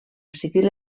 civil